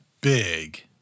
big